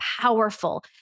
powerful